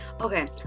Okay